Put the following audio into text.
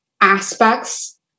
aspects